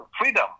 freedom